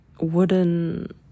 wooden